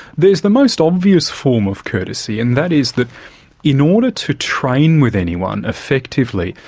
there's the most obvious form of courtesy, and that is that in order to train with anyone effectively,